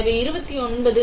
எனவே 29 36